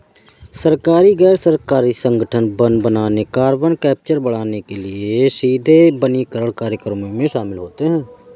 सरकारी, गैर सरकारी संगठन वन बनाने, कार्बन कैप्चर बढ़ाने के लिए सीधे वनीकरण कार्यक्रमों में शामिल होते हैं